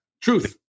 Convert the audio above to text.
Truth